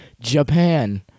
Japan